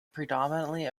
predominantly